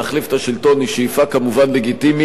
את השלטון היא כמובן שאיפה לגיטימית,